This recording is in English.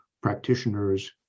practitioners